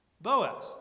Boaz